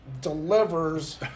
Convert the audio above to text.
delivers